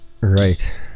right